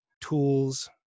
tools